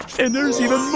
and there's even